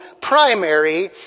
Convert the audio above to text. primary